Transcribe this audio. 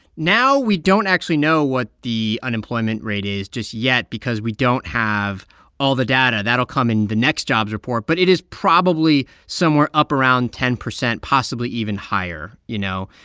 now we don't actually know what the unemployment rate is just yet because we don't have all the data. that'll come in the next jobs report. but it is probably somewhere up around ten percent, possibly even higher. you know,